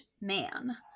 man